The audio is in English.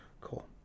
Cool